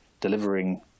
delivering